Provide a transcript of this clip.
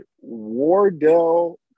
Wardell